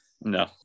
No